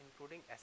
Including